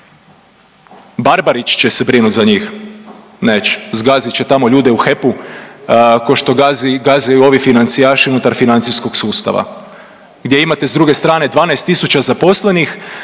Barabarić će se brinut za njih? Neće, zgazit će tamo ljude u HEP-u kao što gazi, gaze ovi financijaši unutar financijskog sustava gdje imate s druge strane 12 tisuća zaposlenih,